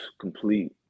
complete